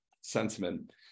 sentiment